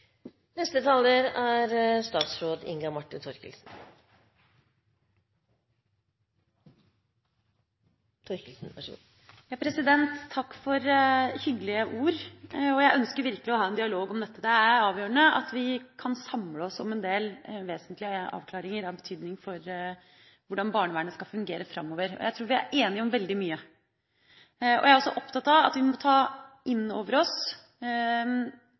Takk for hyggelige ord. Jeg ønsker virkelig å ha en dialog om dette. Det er avgjørende at vi kan samle oss om en del vesentlige avklaringer av betydning for hvordan barnevernet skal fungere framover. Jeg tror vi er enige om veldig mye. Jeg er også opptatt av at vi må ta inn over oss